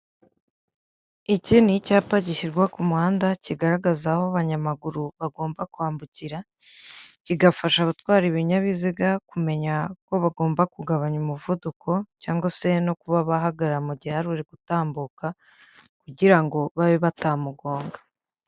Iki ni icyapa gishyirwa ku muhanda kigaragaza aho abanyamaguru bagomba kwambukira, kigafasha abatwara ibinyabiziga kumenya ko bagomba kugabanya umuvuduko cyangwa se no kuba bahagarara mu gihe hari uri gutambuka kugira ngo babe batamugonga.